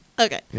Okay